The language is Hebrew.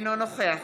אינו נוכח